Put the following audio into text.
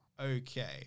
Okay